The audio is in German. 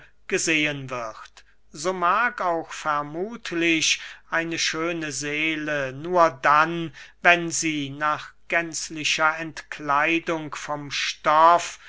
gesehen wird so mag auch vermuthlich eine schöne seele nur dann wenn sie nach gänzlicher entkleidung vom stoff